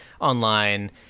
online